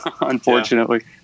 unfortunately